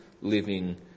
living